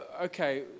okay